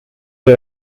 wir